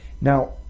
Now